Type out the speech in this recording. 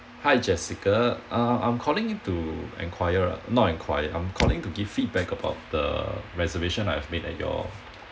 hi jessica uh I'm calling in to enquire not enquire I'm calling to give feedback about the reservation I've made at your